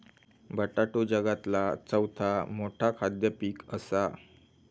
बटाटो जगातला चौथा मोठा खाद्य पीक असा